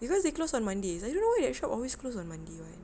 cause they closed on mondays I don't know that shop always closed on monday [one]